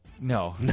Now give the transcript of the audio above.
No